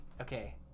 Okay